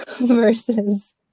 versus